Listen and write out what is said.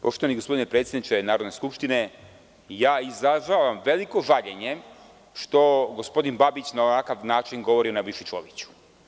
Poštovani predsedniče Narodne skupštine, izražavam veliko žaljenje što gospodin Babić na ovakav način govori o Nebojši Čoviću.